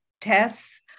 tests